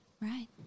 right